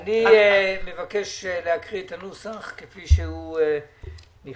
אני מבקש להקריא את הנוסח כפי שהוא נכתב,